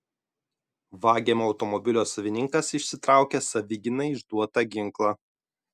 vagiamo automobilio savininkas išsitraukė savigynai išduotą ginklą